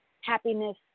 happiness